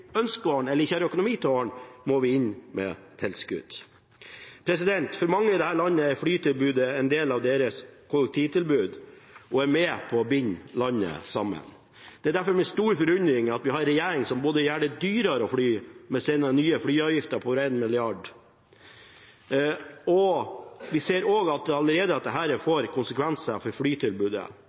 ønsker å ordne eller ikke har økonomi til å ordne, må vi komme inn med tilskudd. For mange i dette landet er flytilbudet en del av deres kollektivtilbud og er med på å binde landet sammen. Det er derfor med stor forundring vi ser at vi har en regjering som gjør det dyrere å fly med sin nye flyavgift på over 1 mrd. kr. Vi ser allerede at dette får konsekvenser for flytilbudet. Jeg vil minne regjeringen på at for